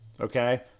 Okay